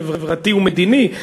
החברתי והמדיני.